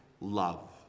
love